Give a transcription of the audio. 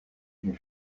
une